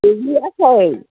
गोग्लैयाखै